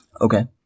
Okay